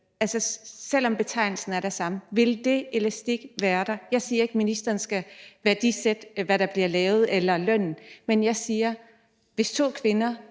om stillingsbetegnelsen er den samme. Vil den elastik være der? Jeg siger ikke, at ministeren skal værdisætte, hvad der bliver lavet, eller lønnen, men jeg vil gerne høre, hvad